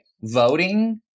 voting